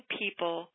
people